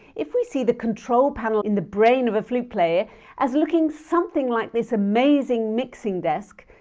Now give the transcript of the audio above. if we see the control panel in the brain of a flute player as looking something like this amazing mixing desk,